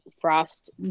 frost